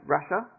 Russia